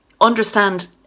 understand